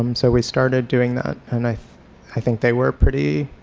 um so we started doing that and i i think they were pretty